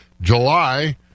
July